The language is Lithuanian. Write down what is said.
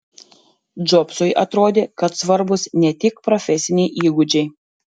džobsui atrodė kad svarbūs yra ne tik profesiniai įgūdžiai